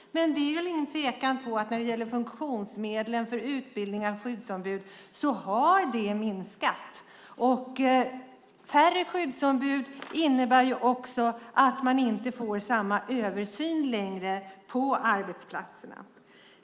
Det är väl ingen tvekan om att funktionsmedlen för utbildning av skyddsombud har minskat. Färre skyddsombud innebär också att man inte får samma översyn på arbetsplatserna.